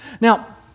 Now